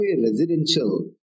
residential